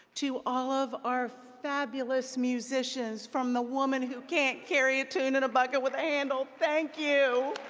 to all of our fabulous musicians from the woman who can't carry a tune in a bucket with a handle, thank you.